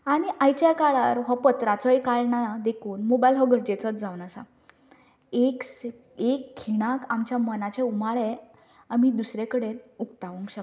आनी आयच्या काळार हो पत्राचो कारणा देखून मोबायल हो गरजेचोच जावन आसा एक खिणाक आमच्या मनाचे उमाळे आमी दुसरे कडेन उक्तावंक शकतात